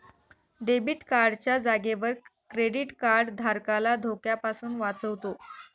debit card च्या जागेवर credit card धारकाला धोक्यापासून वाचवतो